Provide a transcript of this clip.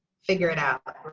figure it out. but